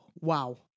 Wow